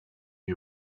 you